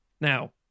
Now